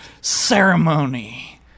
ceremony